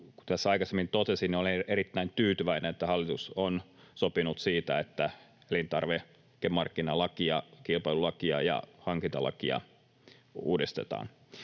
aikaisemmin totesin, olen erittäin tyytyväinen, että hallitus on sopinut siitä, että elintarvikemarkkinalakia, kilpailulakia ja hankintalakia uudistetaan.